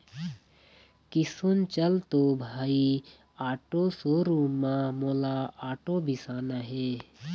किसुन चल तो भाई आटो शोरूम म मोला आटो बिसाना हे